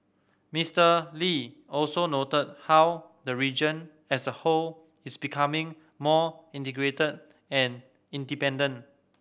Mister Lee also noted how the region as a whole is becoming more integrated and interdependent